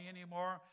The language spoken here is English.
anymore